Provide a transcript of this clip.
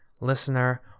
Listener